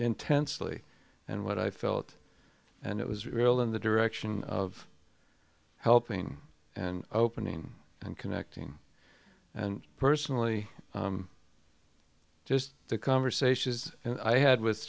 intensely and what i felt and it was real in the direction of helping and opening and connecting and personally just the conversation is i had with